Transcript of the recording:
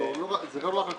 לא, זה לא רק פה.